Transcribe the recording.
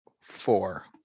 four